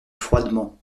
froidement